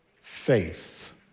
faith